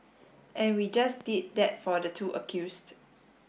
and we just did that for the two accused